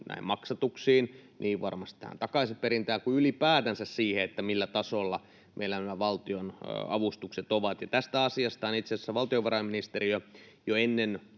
näihin maksatuksiin kuin varmasti tähän takaisinperintään ja ylipäätänsä siihen, millä tasolla meillä nämä valtionavustukset ovat. Tästä asiasta on itse asiassa valtiovarainministeriö jo ennen